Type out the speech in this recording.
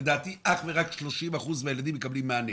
לדעתי אך ורק 30% מהילדים מקבלים מענה.